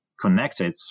connected